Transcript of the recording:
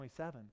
27